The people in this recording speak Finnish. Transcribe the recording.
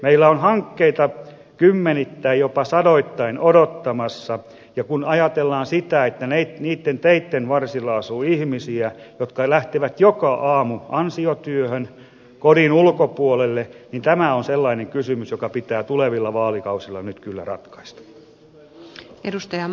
meillä on hankkeita kymmenittäin jopa sadoittain odottamassa ja kun ajatellaan sitä että niitten teitten varsilla asuu ihmisiä jotka lähtevät joka aamu ansiotyöhön kodin ulkopuolelle niin tämä on sellainen kysymys joka pitää nyt kyllä tulevilla vaalikausilla ratkaista